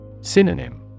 Synonym